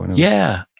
and yeah.